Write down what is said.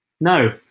No